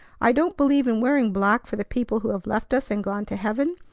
i don't believe in wearing black for the people who have left us and gone to heaven.